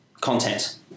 content